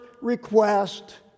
request